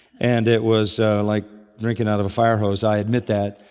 and it was like drinking out of a fire hose, i admit that.